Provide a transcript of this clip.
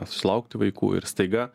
susilaukti vaikų ir staiga